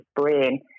brain